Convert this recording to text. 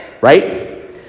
right